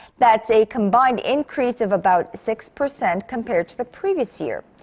that is a combined increase of about six percent compared to the previous year.